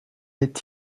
est